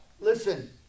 listen